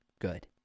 good